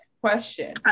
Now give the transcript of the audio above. question